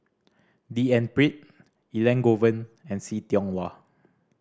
D N Pritt Elangovan and See Tiong Wah